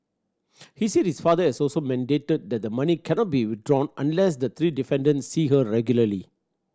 he said his father had also mandated that the money cannot be withdrawn unless the three defendants see her regularly